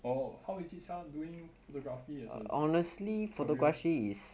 orh how is it sia doing photography as a career